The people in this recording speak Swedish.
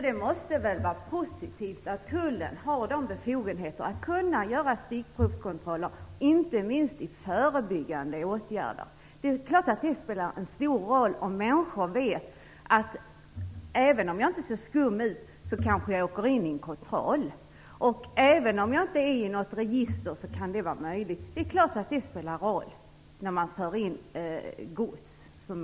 Det måste väl vara positivt att tullen har befogenhet att göra stickprovskontroller, inte minst som förebyggande åtgärder. Det är klart att det spelar en stor roll vid införsel av inte tillåtna varor om människor vet att de, även om de inte ser skumma ut och även om de inte finns i något register, kan bli föremål för kontroll.